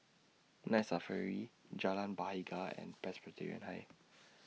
Night Safari Jalan Bahagia and Presbyterian High